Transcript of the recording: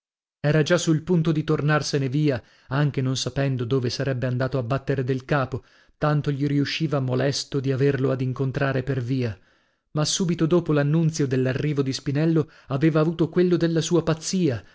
era già sul punto di tornarsene via anche non sapendo dove sarebbe andato a battere del capo tanto gli riusciva molesto di averlo ad incontrare per via ma subito dopo l'annunzio dell'arrivo di spinello aveva avuto quello della sua pazzia